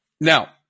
Now